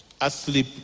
asleep